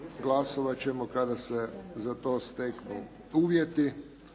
Glasovat ćemo kada se za to steknu uvjeti.